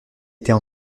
était